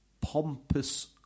pompous